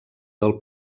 del